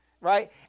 Right